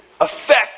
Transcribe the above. affect